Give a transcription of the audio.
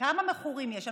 כמה מכורים יש?